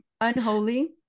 Unholy